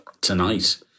Tonight